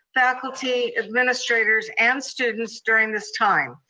faculty, administrators and students during this time.